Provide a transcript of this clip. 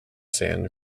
san